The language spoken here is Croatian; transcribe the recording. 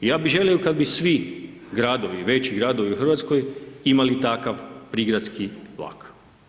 I ja bih želio kada bi svi gradovi, veći gradovi u Hrvatskoj imali takav prigradski vlak.